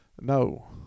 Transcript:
No